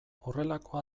horrelako